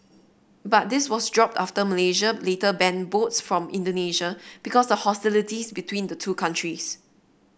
but this was dropped after Malaysia later banned boats from Indonesia because of hostilities between the two countries